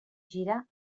gira